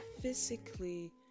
physically